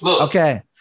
Okay